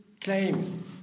claim